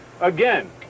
again